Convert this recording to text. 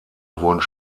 wurden